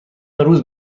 روز